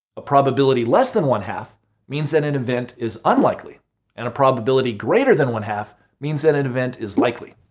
a probability less than one-half means that an event is unlikely and a probability greater than one-half means that an event is likely.